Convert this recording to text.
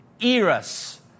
eras